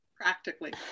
practically